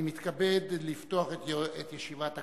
אני מתכבד לפתוח את ישיבת הכנסת.